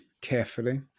carefully